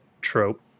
trope